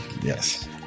Yes